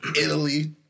Italy